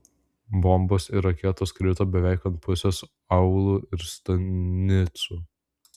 bombos ir raketos krito beveik ant pusės aūlų ir stanicų